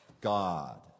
God